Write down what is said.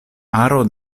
aro